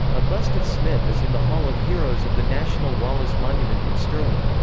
a bust of smith is in the hall of heroes of the national wallace monument in stirling.